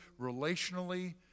relationally